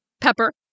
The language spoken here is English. Pepper